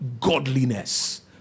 godliness